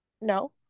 No